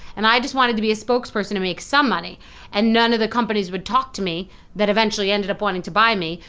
and i just wanted to be a spokesperson to make some money and none of the companies would talk to me that eventually ended up wanting to buy me,